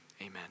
Amen